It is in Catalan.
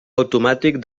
automàtic